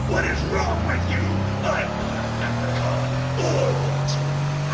what is wrong with you? i'm not a leprechaun or a genie. ah,